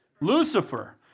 Lucifer